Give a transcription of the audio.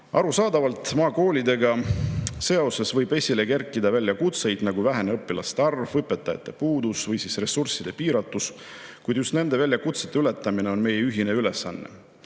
Arusaadavalt maakoolidega seoses võib esile kerkida väljakutseid, nagu vähene õpilaste arv, õpetajate puudus või ressursside piiratus. Kuid just nende väljakutsete ületamine on meie ühine ülesanne.